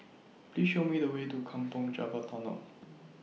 Please Show Me The Way to Kampong Java Tunnel